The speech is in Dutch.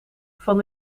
van